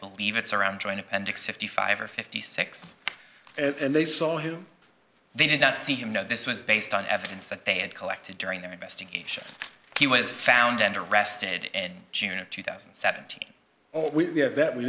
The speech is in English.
believe it's around joint appendix fifty five or fifty six they saw him they did not see him though this was based on evidence that they had collected during their investigation he was found and arrested in june of two thousand and seventeen or we